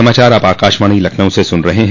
यह समाचार आप आकाशवाणी लखनऊ से सुन रहे हैं